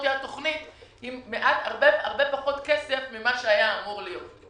תהיה התוכנית עם הרבה פחות כסף ממה שהיה אמור להיות.